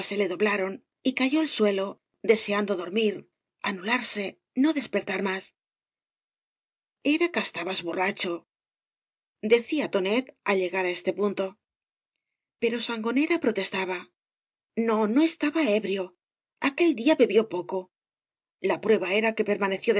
le doblaron y cayó al suelo deseando dor mir anularse no despertar más era tabas borracho decía tonet al he gar á este punto pero sangonera protestaba no no estaba ebrio aquel día bebió poco la prueba era que permaneció